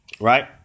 Right